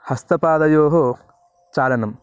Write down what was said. हस्तपादयोः चालनं